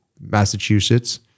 Massachusetts